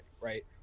Right